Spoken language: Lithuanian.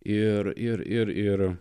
ir ir ir ir